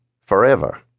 Forever